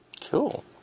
Cool